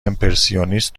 امپرسیونیست